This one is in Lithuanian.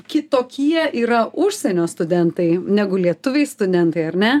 kitokie yra užsienio studentai negu lietuviai studentai ar ne